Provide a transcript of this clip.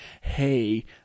hey